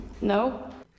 No